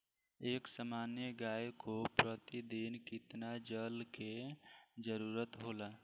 एक सामान्य गाय को प्रतिदिन कितना जल के जरुरत होला?